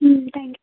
ம் thank you